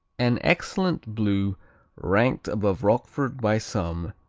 an excellent blue ranked above roquefort by some,